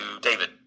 David